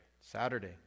Saturday